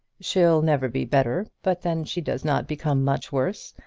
she'll never be better. but then she does not become much worse.